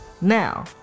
Now